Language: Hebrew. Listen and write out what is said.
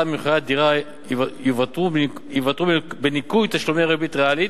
ממכירת דירה יותרו בניכוי תשלומי ריבית ריאלית